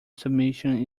submission